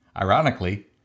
Ironically